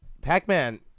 Pac-Man